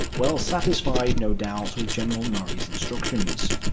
well satisfied no doubt, with general norrie's instructions.